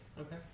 okay